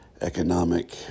economic